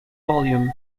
volume